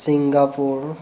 Singapore